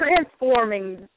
transforming